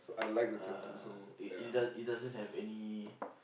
ah it it doe~ it doesn't have any